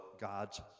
god's